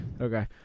Okay